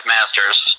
Masters